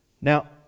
Now